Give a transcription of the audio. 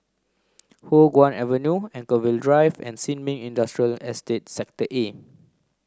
Hua Guan Avenue Anchorvale Drive and Sin Ming Industrial Estate Sector A